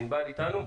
בבקשה.